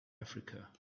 africa